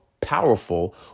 powerful